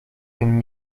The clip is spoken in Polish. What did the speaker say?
tym